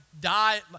Die